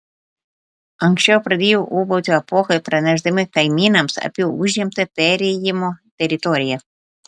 anksčiau pradėjo ūbauti apuokai pranešdami kaimynams apie užimtą perėjimo teritoriją